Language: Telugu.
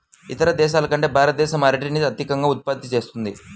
ఇతర దేశాల కంటే భారతదేశం అరటిని అత్యధికంగా ఉత్పత్తి చేస్తుంది